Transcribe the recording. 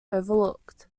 overlooked